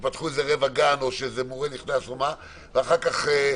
ופתחו איזה רבע גן, או שאיזה מורה נכנס, אז יוטל